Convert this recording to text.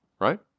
right